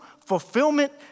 Fulfillment